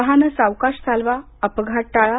वाहनं सावकाश चालवा अपघात टाळा